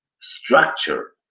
structure